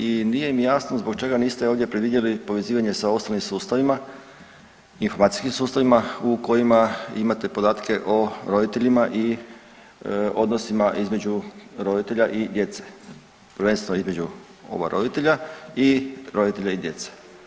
I nije mi jasno zbog čega niste ovdje predvidjeli povezivanje sa ostalim sustavima, informacijskim sustavima u kojima imate podatke o roditeljima i odnosima između roditelja i djece, prvenstveno između oba roditelja i roditelja i djece.